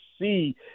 see